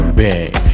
bang